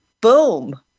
Boom